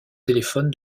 téléphone